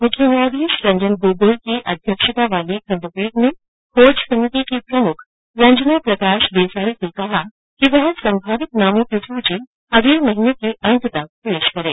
मुख्य न्यायाधीश रंजन गोगोई की अध्यक्षता वाली खंडपीठ ने खोज समिति की प्रमुख रंजना प्रकाश देसाई र्से कहा कि वह संभावित नामों की सूची अगले माह के अंत तक पेश करें